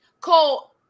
Cole